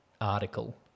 article